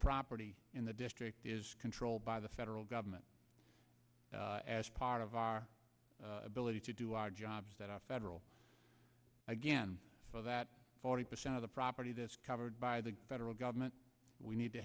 property in the district is controlled by the federal government as part of our ability to do our jobs that our federal again that forty percent of the property that's covered by the federal government we need to